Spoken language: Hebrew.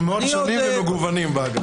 אנחנו מאוד שונים ומגוונים באגף.